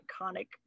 iconic